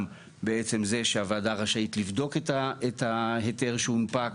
בעצם זה שהוועדה רשאית לבדוק את ההיתר שהונפק,